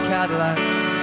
Cadillacs